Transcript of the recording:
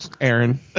Aaron